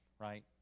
right